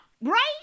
Right